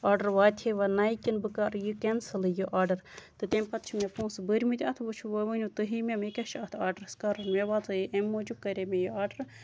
order واتہِ ہے وۄنۍ نَیہِ کِنہٕ بہٕ کرٕ یہِ کٮ۪نسلٕے یہِ آرڈر تہٕ تَمہِ پَتہٕ چھِ مےٚ پونسہٕ بٔرۍمٕتۍ اَتھ وۄنۍ چھِ وۄنۍ وٕنِو تُہی مےٚ مےٚ کیاہ چھُ اَتھ آرڈرَس کَرُن مےٚ واژے اَمہِ موٗجوٗب کَرے مےٚ یہِ آرڈر